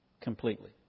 completely